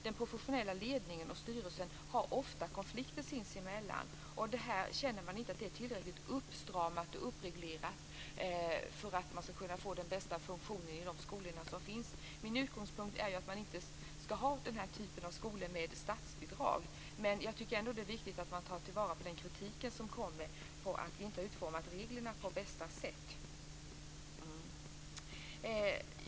Den professionella ledningen och styrelsen har ofta konflikter sinsemellan, och man känner att det inte är tillräckligt uppstramat och uppreglerat för att få bästa möjliga funktion i skolorna. Min utgångspunkt är att man inte ska ha denna typ av skolor med statsbidrag, men jag tycker ändå att det är viktigt att man tar vara på den kritik som framförs mot att reglerna inte är utformade på bästa sätt.